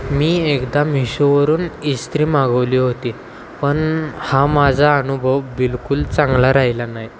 मी एकदा मिशोवरून इस्त्री मागवली होती पण हा माझा अनुभव बिलकुल चांगला राहिला नाही